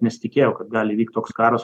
nesitikėjo kad gali įvykti toks karas